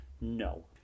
No